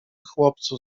chłopcu